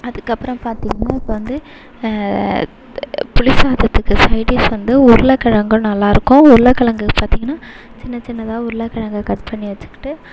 அதுக்கப்புறம் பார்த்திங்கனா இப்போ வந்து புளிசாதத்துக்கு சைடிஷ் வந்து உருளைக்கிழங்கும் நல்லாயிருக்கும் உருளைக்கிழங்கு பார்த்திங்கனா சின்ன சின்னதாக உருளக்கிழங்க கட் பண்ணி வச்சுக்கிட்டு